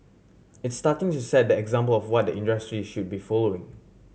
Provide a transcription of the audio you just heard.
it's starting to set the example of what the industry should be following